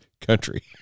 country